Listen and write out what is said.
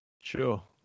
sure